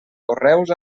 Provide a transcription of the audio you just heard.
correus